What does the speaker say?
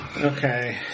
Okay